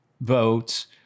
votes